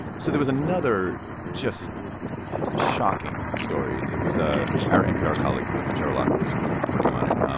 so there was another just shocking story. it it was ah our npr colleague ruth sherlock was was reporting on it. um